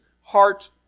heart